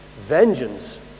Vengeance